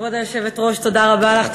כבוד היושבת-ראש, תודה רבה לך.